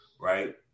Right